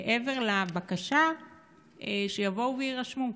מעבר לבקשה שיבואו ויירשמו?